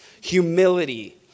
humility